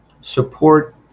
support